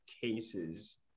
cases